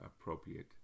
appropriate